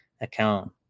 account